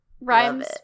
rhymes